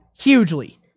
Hugely